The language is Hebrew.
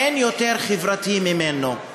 אין יותר חברתי ממנו.